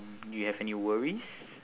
you have any worries